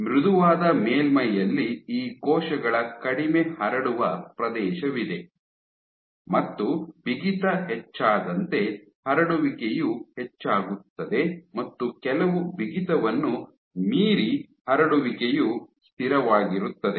ಮೃದುವಾದ ಮೇಲ್ಮೈಯಲ್ಲಿ ಈ ಕೋಶಗಳ ಕಡಿಮೆ ಹರಡುವ ಪ್ರದೇಶವಿದೆ ಮತ್ತು ಬಿಗಿತ ಹೆಚ್ಚಾದಂತೆ ಹರಡುವಿಕೆಯು ಹೆಚ್ಚಾಗುತ್ತದೆ ಮತ್ತು ಕೆಲವು ಬಿಗಿತವನ್ನು ಮೀರಿ ಹರಡುವಿಕೆಯು ಸ್ಥಿರವಾಗಿರುತ್ತದೆ